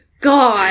God